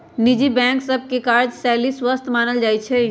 निजी बैंक सभ के काजशैली स्वस्थ मानल जाइ छइ